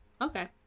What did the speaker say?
Okay